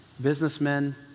businessmen